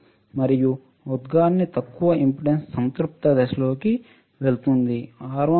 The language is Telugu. మరియు ఉద్గారిణి తక్కువ ఇంపెడెన్స్ సంతృప్త దశలోకి వెళుతుంది